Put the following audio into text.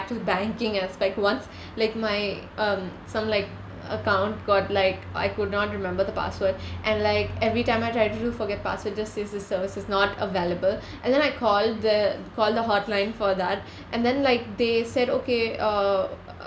to the banking aspect ones like my um some like account got like I could not remember the password and like every time I try to do forget password it just says this service is not available and then I call the call the hotline for that and then like they said okay uh